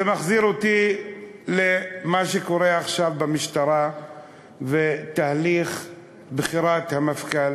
זה מחזיר אותי למה שקורה עכשיו במשטרה ותהליך בחירת המפכ"ל,